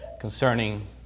concerning